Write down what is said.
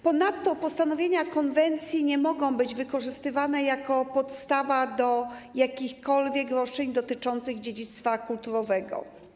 Ponadto postanowienia konwencji nie mogą być wykorzystywane jako podstawa do jakichkolwiek roszczeń dotyczących dziedzictwa kulturowego.